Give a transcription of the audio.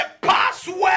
password